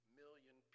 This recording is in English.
million